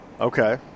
Okay